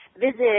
visit